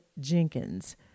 Jenkins